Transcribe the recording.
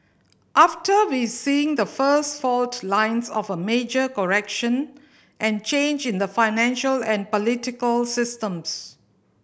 after we seeing the first fault lines of a major correction and change in the financial and political systems